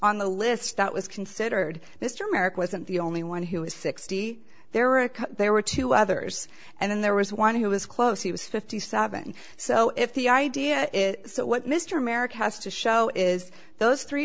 on the list that was considered mr merrick wasn't the only one who was sixty there and there were two others and there was one who was close he was fifty seven so if the idea is so what mr merrick has to show is those three